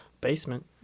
basement